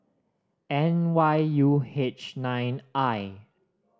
N Y U H nine I